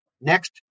next